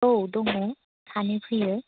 औ दङ सानै फैयो